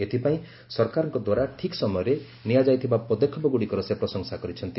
ଏଥିପାଇଁ ସରକାରଙ୍କ ଦ୍ୱାରା ଠିକ୍ ସମୟରେ ନିଆଯାଇଥିବା ପଦକ୍ଷେପଗୁଡ଼ିକର ସେ ପ୍ରଶଂସା କରିଛନ୍ତି